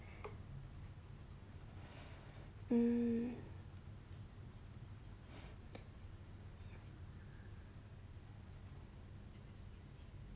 mm